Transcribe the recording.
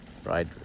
right